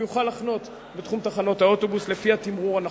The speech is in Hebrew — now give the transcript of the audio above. יוכל להחנות בתחום תחנות האוטובוס לפי התמרור הנכון.